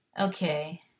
okay